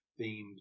themed